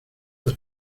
los